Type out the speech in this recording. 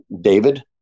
David